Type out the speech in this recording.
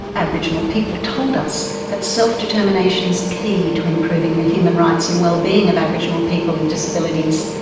aboriginal people told us that self-determination is key to improving the human rights and well-being of aboriginal people with disabilities.